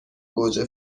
گوجه